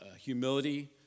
humility